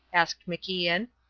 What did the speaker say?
asked macian.